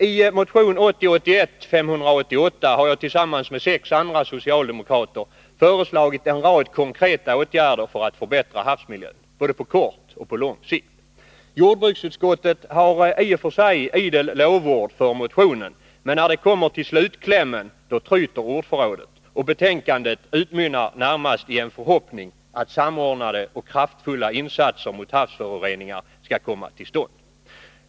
I motion 1980/81:588 har jag, tillsammans med sex andra socialdemokrater, föreslagit en rad konkreta åtgärder för att förbättra havsmiljön både på kort och på lång sikt. Jordbruksutskottet har i och för sig idel lovord för motionen, men när det kommer till slutklämmen, då tryter ordförrådet och betänkandet utmynnar närmast i en förhoppning att samordnade och kraftfulla insatser mot havsföroreningar skall komma till stånd.